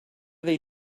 they